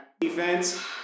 defense